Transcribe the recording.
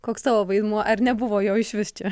koks tavo vaidmuo ar nebuvo jo išvis čia